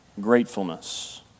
gratefulness